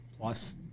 plus